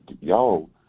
y'all